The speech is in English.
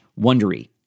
wondery